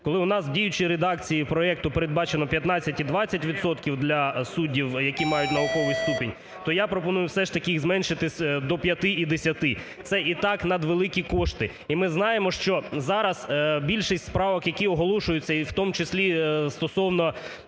Коли у нас в діючій редакції проекту передбачено 15 і 20 відсотків для суддів, які мають науковий ступінь, то я пропоную все ж таки їх зменшити до 5 і 10. Це і так надвеликі кошти. І ми знаємо, що зараз більшість правок, які оголошуються, і в тому числі стосовно